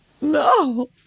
no